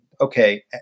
okay